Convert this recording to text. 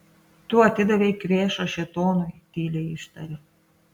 tu atidavei kvėšą šėtonui tyliai ištarė